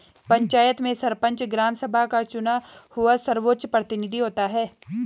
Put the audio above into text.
पंचायत में सरपंच, ग्राम सभा का चुना हुआ सर्वोच्च प्रतिनिधि होता है